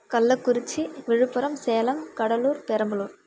Kallakurichi Viluppuram Salem Cuddalore Perambalur